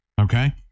Okay